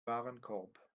warenkorb